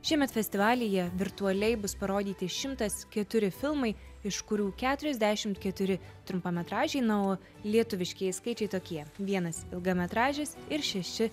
šiemet festivalyje virtualiai bus parodyti šimtas keturi filmai iš kurių keturiasdešimt keturi trumpametražiai na o lietuviškieji skaičiai tokie vienas ilgametražis ir šeši